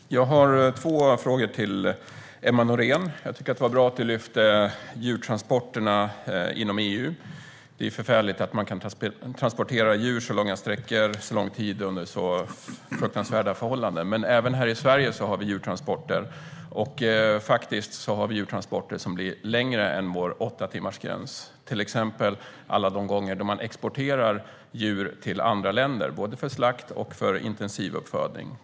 Herr talman! Jag har två frågor till Emma Nohrén. Jag tycker att det var bra att hon lyfte upp djurtransporterna inom EU. Det är förfärligt att man kan transportera djur så långa sträckor, under så lång tid och under så fruktansvärda förhållanden. Men även här i Sverige finns djurtransporter, och vi har faktiskt djurtransporter som pågår längre än åtta timmar, vilket är vår gräns. Det gäller exempelvis alla de gånger då djur exporteras till andra länder för både slakt och intensivuppfödning.